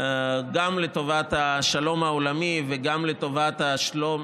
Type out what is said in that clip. גם לטובת השלום העולמי וגם לטובת שלום